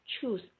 choose